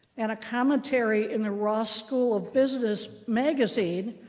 and a commentary in the ross school ah business magazine,